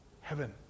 Heaven